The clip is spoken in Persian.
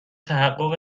تحقق